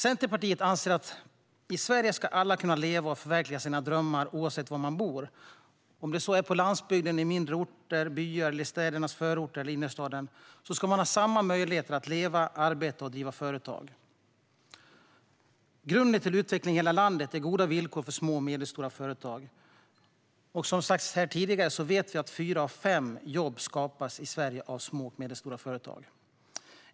Centerpartiet anser att i Sverige ska alla kunna leva och förverkliga sina drömmar oavsett var man bor - om det så är på landsbygden, på mindre orter, i byar, i städernas förorter eller i innerstaden ska man ha samma möjligheter att leva, arbeta och driva företag. Grunden till utveckling i hela landet är goda villkor för små och medelstora företag. Som sagts här tidigare vet vi att fyra av fem jobb i Sverige skapas av små och medelstora företag.